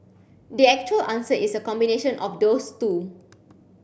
the actual answer is a combination of those two